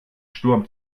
sturm